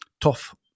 tough